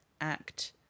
act